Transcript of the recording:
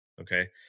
Okay